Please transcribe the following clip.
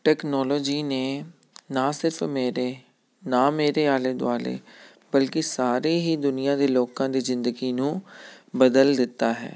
technology ਨੇ ਨਾ ਸਿਰਫ ਮੇਰੇ ਨਾ ਮੇਰੇ ਆਲੇ ਦੁਆਲੇ ਬਲਕਿ ਸਾਰੇ ਹੀ ਦੁਨੀਆ ਦੇ ਲੋਕਾਂ ਦੀ ਜ਼ਿੰਦਗੀ ਨੂੰ ਬਦਲ ਦਿੱਤਾ ਹੈ